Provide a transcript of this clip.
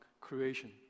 creation